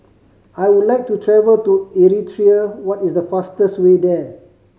I would like to travel to Eritrea what is the fastest way there